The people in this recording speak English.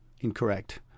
incorrect